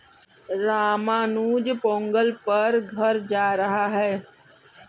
रामानुज पोंगल पर घर जा रहा है